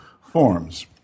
forms